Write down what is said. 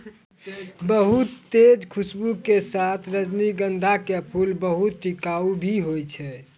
बहुत तेज खूशबू के साथॅ रजनीगंधा के फूल बहुत टिकाऊ भी हौय छै